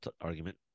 argument